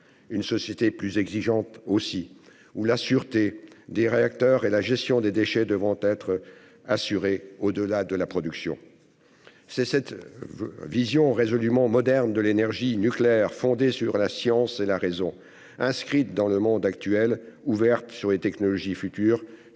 une société plus exigeante aussi, où la sûreté des réacteurs et la gestion des déchets devront être assurées, au-delà de la phase de production. C'est cette vision résolument moderne de l'énergie nucléaire, fondée sur la science et la raison, inscrite dans le monde actuel, ouverte aux technologies futures,